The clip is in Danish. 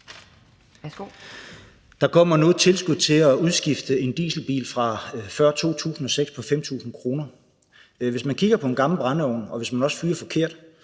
Der kommer nu et tilskud til at udskifte en dieselbil fra før 2006 på 5.000 kr. Hvis vi kigger på en gammel brændeovn, hvor man også fyrer forkert,